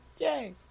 Yay